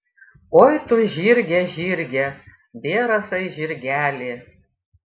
oi tu žirge žirge bėrasai žirgeli